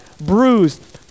bruised